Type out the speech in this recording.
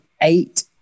eight